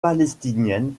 palestinienne